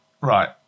Right